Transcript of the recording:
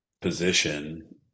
position